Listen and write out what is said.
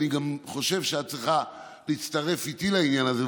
אני גם חושב שאת צריכה להצטרף אליי לעניין הזה.